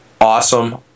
awesome